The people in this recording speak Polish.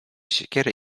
siekiery